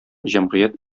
җәмгыять